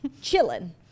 chilling